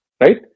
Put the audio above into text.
Right